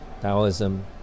Taoism